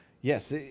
Yes